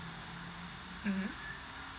mmhmm